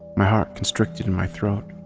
my heart constricted in my throat,